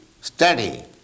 study